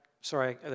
sorry